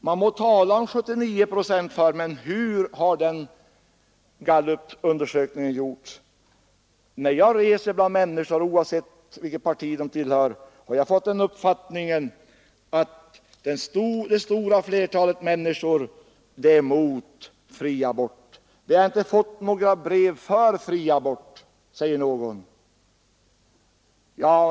Man talar om att 79 procent var för lagförslaget — men hur har den gallupundersökningen gjorts? När jag rest bland människor har jag fått den uppfattningen att det stora flertalet — oavsett vilket parti de tillhör — är emot fri abort. Vi har inte fått några brev för fri abort, säger någon.